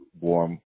warm